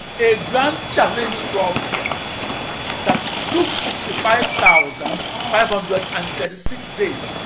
a grand challenge problem that took sixty five thousand five hundred and thirty six days,